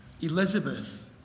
Elizabeth